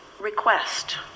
request